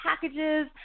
packages